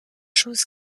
chose